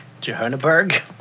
Johannesburg